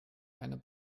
einer